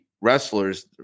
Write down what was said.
wrestlers